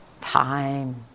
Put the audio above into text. time